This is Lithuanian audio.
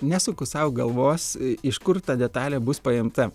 nesuku sau galvos iš kur ta detalė bus paimta